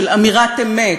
של אמירת אמת,